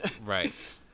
Right